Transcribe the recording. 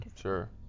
Sure